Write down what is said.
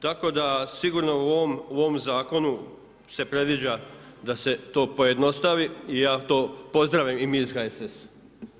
Tako da sigurno u ovom zakonu se predviđa da se to pojednostavi i ja to pozdravljam i mi iz HSS-a.